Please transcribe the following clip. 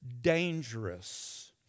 dangerous